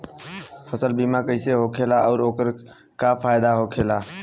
फसल बीमा कइसे होखेला आऊर ओकर का फाइदा होखेला?